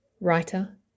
writer